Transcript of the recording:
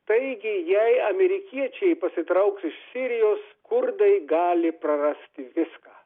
taigi jei amerikiečiai pasitrauktų iš sirijos kurdai gali prarasti viską